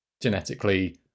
genetically